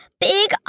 big